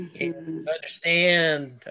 Understand